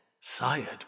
sired